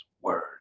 word